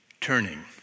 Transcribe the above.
turning